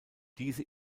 diese